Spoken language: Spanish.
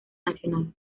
nacional